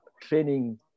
training